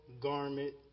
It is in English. Garment